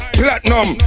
platinum